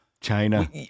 China